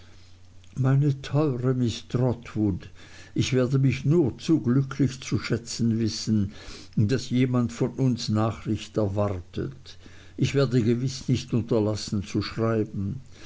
meine teuere miß trotwood ich werde mich nur zu glücklich zu schätzen wissen daß jemand von uns nachricht erwartet ich werde gewiß nicht unterlassen zu schreiben